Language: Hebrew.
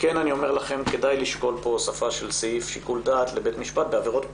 כדאי לשקול פה הוספה של סעיף שיקול דעת לבית המשפט בעבירות פחותות.